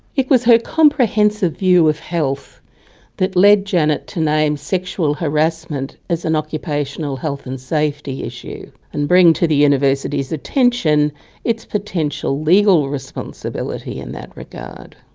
it was her comprehensive view of health that led janet to name sexual harassment as an occupational health and safety issue, and bring to the university's attention its potential legal responsibility in that regard.